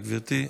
בבקשה, גברתי,